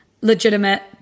legitimate